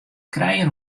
krijen